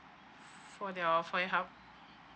for the for your help